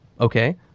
Okay